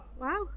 Wow